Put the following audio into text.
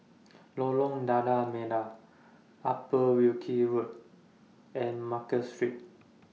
Lorong Lada Merah Upper Wilkie Road and Market Street